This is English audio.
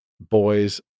boys